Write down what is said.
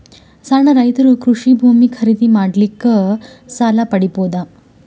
ಸಣ್ಣ ರೈತರು ಕೃಷಿ ಭೂಮಿ ಖರೀದಿ ಮಾಡ್ಲಿಕ್ಕ ಸಾಲ ಪಡಿಬೋದ?